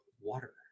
water